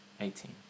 Eighteen